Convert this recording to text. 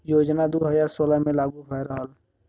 योजना दू हज़ार सोलह मे लागू भयल रहल